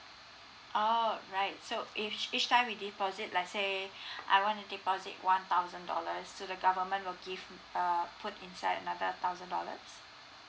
oh right so each each time we deposit like say I want to deposit one thousand dollars so the government will give err put inside another thousand dollars